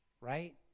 right